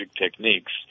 techniques